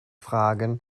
fragen